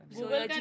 Google